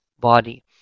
body